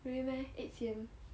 really meh it's him